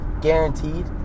guaranteed